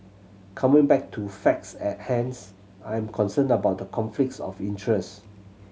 coming back to facts at hands I'm concerned about the conflicts of interest